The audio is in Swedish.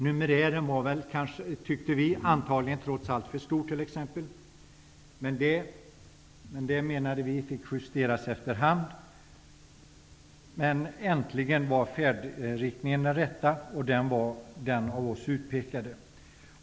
Numerären t.ex. tyckte vi trots allt var för stor, men det menade vi fick justeras efter hand. Färdriktningen var äntligen den rätta, och det var den vi utpekat.